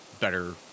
better